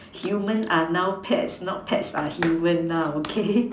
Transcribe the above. human are now pets now pets are human now okay